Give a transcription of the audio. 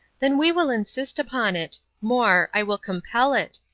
then we will insist upon it. more i will compel it.